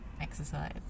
Exercise